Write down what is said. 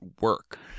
work